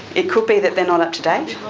it could be that they're not up to date,